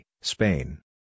Spain